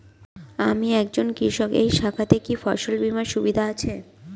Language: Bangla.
আমি একজন কৃষক এই শাখাতে কি ফসল বীমার সুবিধা আছে?